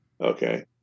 okay